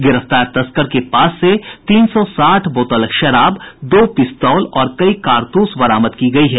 गिरफ्तार तस्कर के पास से तीन सौ साठ बोतल विदेशी शराब दो पिस्तौल और कई कारतूस बरामद की गयी है